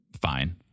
fine